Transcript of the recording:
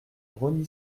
rosny